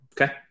Okay